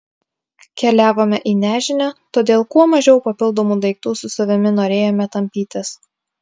keliavome į nežinią todėl kuo mažiau papildomų daiktų su savimi norėjome tampytis